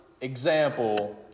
example